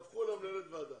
דווחו למנהלת הוועדה.